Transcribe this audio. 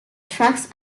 tracks